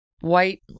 white